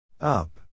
Up